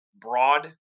broad